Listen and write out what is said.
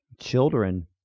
children